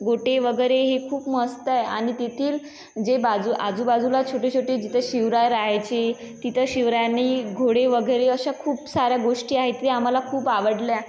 गोटे वगैरे हे खूप मस्त आहे आणि तेथील जे बाजू आजूबाजूला छोटे छोटे जिथे शिवराय राहायचे तिथं शिवरायांनी घोडे वगैरे अशा खूप साऱ्या गोष्टी आहेत त्या आम्हाला खूप आवडल्या